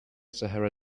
sahara